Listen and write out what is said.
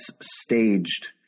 staged